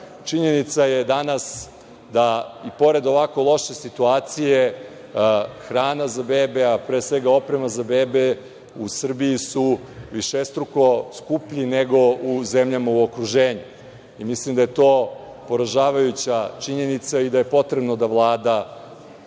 Činjenica je danas da i pored ovako loše situacije hrana za bebe, a pre svega oprema za bebe u Srbiji su višestruko skuplji nego u zemljama u okruženju. Mislim da je to poražavajuća činjenica i da je potrebno da Vlada